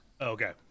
Okay